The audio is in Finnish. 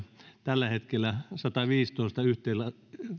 tällä hetkellä on sataviisitoista